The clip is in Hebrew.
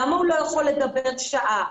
למה הוא לא יכול לדבר שעה?